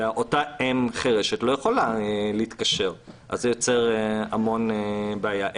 אם חירשת לא יכולה להתקשר אז זה יוצר המון בעיות.